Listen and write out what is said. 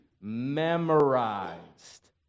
memorized